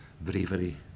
bravery